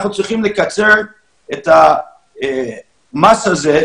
אנחנו צריכים לקצר את המס הזה,